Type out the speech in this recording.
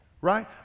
Right